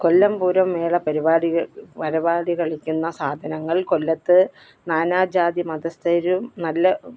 കൊല്ലം പൂരം മേള പരിപാടിക പരിപാടി കളിക്കുന്ന സാധനങ്ങൾ കൊല്ലത്ത് നാനാജാതി മതസ്ഥരും നല്ല